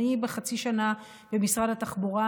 בחצי שנה במשרד התחבורה,